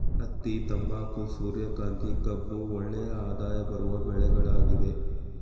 ಹತ್ತಿ, ತಂಬಾಕು, ಸೂರ್ಯಕಾಂತಿ, ಕಬ್ಬು ಒಳ್ಳೆಯ ಆದಾಯ ಬರುವ ಬೆಳೆಗಳಾಗಿವೆ